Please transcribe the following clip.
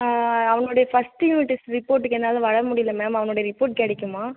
ஆ அவனுடைய first unit test ரிப்போர்ட்டுக்கு என்னால் வர முடியல மேம் அவனோடய ரிப்போர்ட் கிடைக்குமா